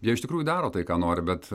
jie iš tikrųjų daro tai ką nori bet